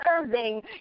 serving